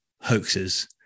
hoaxes